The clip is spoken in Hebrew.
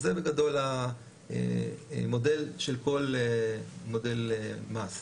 זה בגדול המודל של כל מודל מס.